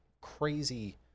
crazy